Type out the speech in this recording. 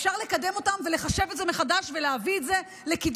אפשר לקדם אותן ולחשב את זה מחדש ולהביא את זה לקידום,